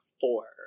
four